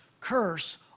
curse